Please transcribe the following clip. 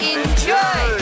Enjoy